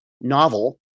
novel